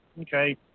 Okay